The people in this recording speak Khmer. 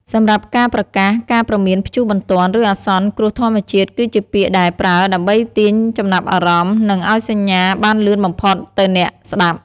សម្រាប់ការប្រកាស ការព្រមានព្យុះបន្ទាន់ឬអាសន្នគ្រោះធម្មជាតិគឺជាពាក្យដែលប្រើដើម្បីទាញចំណាប់អារម្មណ៍និងឲ្យសញ្ញាបានលឿនបំផុតទៅអ្នកស្តាប់។